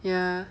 ya